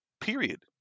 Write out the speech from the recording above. period